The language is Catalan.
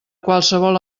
qualsevol